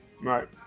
Right